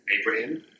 Abraham